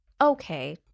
Okay